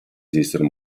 esistono